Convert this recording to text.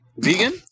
Vegan